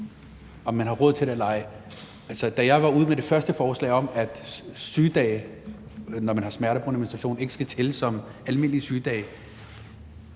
om man har råd til det eller ej. Da jeg var ude med det første forslag om, at sygedage, når man har smerter ved menstruation, ikke skal tælle som almindelige sygedage,